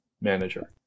manager